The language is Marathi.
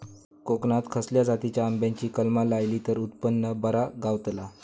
कोकणात खसल्या जातीच्या आंब्याची कलमा लायली तर उत्पन बरा गावताला?